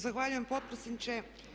Zahvaljujem potpredsjedniče.